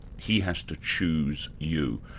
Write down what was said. he has to choose you.